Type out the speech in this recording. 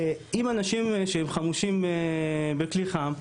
אם אנשים שהם חמושים בכלי חם,